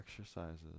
exercises